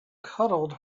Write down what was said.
cuddled